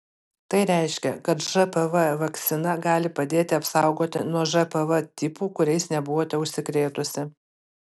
tai reiškia kad žpv vakcina gali padėti apsaugoti nuo žpv tipų kuriais nebuvote užsikrėtusi